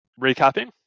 recapping